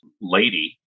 lady